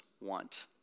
want